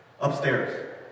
Upstairs